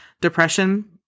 depression